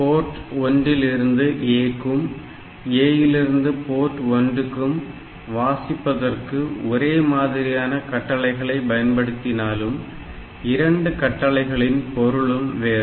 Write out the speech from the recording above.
board 1 லிருந்து A க்கும் A இலிருந்து போர்ட் 1 க்கும் வாசிப்பதற்கு ஒரே மாதிரியான கட்டளைகளை பயன்படுத்தினாலும் 2 கட்டளைகளின் பொருளும் வேறு